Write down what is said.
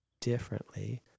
differently